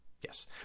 yes